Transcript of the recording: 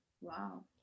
wow